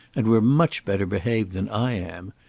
and were much better behaved than i am.